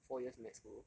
four years med school